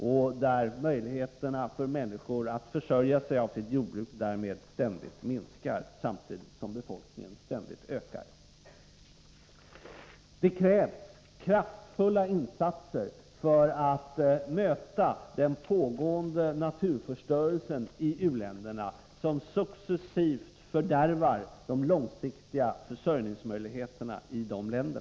Därmed minskar ju ständigt människornas möjligheter att försörja sig på sitt jordbruk, samtidigt som befolkningen hela — Nr 22 tiden växer. Fredagen den Det krävs kraftfulla insatser för att råda bot på den pågående naturförstö — 11 november 1983 relsen i u-länderna, som successivt fördärvar de långsiktiga försörjningsmöj ligheterna i dessa länder.